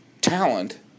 talent